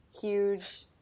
huge